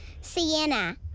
Sienna